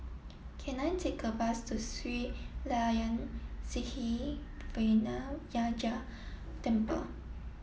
can I take a bus to Sri Layan Sithi Vinayagar Temple